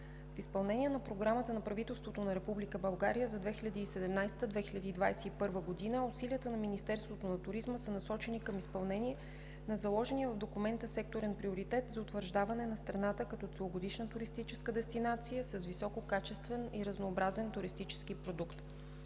В изпълнение на Програмата на правителството на Република България за 2017 – 2021 г., усилията на Министерството на туризма са насочени към изпълнение на заложения в документа секторен приоритет за утвърждаване на страната като целогодишна туристическа дестинация с висококачествен и разнообразен туристически продукт.